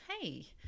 hey